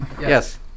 Yes